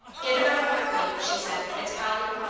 get it over quickly, she said. it's polly?